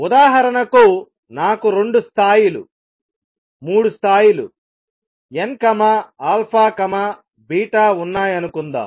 ఉదాహరణకు నాకు రెండు స్థాయిలు మూడు స్థాయిలుn ఉన్నాయనుకుందాం